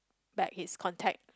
back his contact